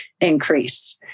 increase